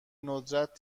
ندرت